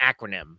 acronym